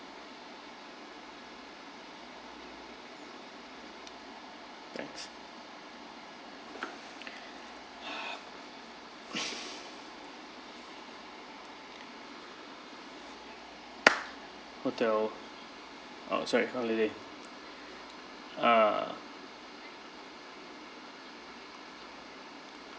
thanks hotel oh sorry holiday ah